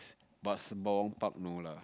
but Sembawang Park no lah